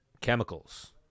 Chemicals